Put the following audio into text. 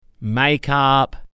Makeup